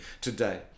today